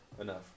enough